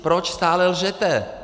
Proč stále lžete?